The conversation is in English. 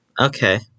Okay